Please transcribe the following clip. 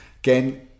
again